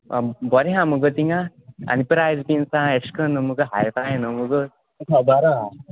बोरें हा मुगो थिंगां आनी प्रायज बीन काय अश् कन न्हू मुगो हायफाय न्हू मुगो खोबोर हा